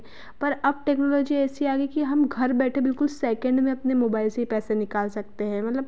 पर अब टेक्नोलॉजी ऐसी आ गई कि हम घर बैठे बिलकुल सेकेंड में अपने मोबाइल से पैसे निकाल सकते हैं मतलब